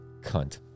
cunt